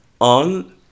on